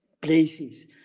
places